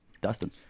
Dustin